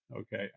Okay